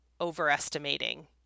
overestimating